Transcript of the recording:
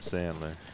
Sandler